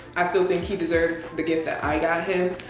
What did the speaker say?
i still think he deserves the gift that i got him.